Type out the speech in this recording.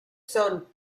son